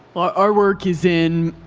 our work is in